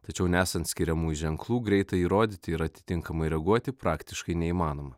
tačiau nesant skiriamųjų ženklų greitai įrodyti ir atitinkamai reaguoti praktiškai neįmanoma